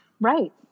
Right